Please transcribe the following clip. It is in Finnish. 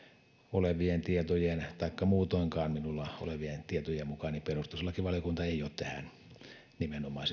olevien tietojen taikka minulla muutoinkaan olevien tietojen mukaan perustuslakivaliokunta ei ole nimenomaan